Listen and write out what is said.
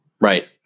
Right